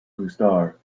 gustar